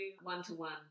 one-to-one